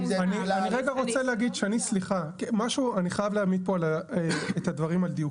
אני חייב להעמיד פה את הדברים על דיוקם.